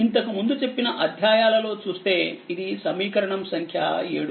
ఇంతకు ముందు చెప్పిన అధ్యాయాలలో చూస్తే ఇది సమీకరణం సంఖ్య 7